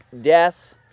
death